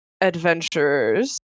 adventurers